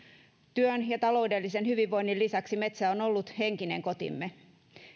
työn ja taloudellisen hyvinvoinnin lisäksi metsä on ollut henkinen kotimme